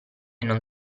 non